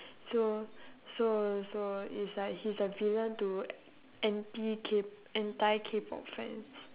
so so so it's like he's a villain to anti K entire K-pop fans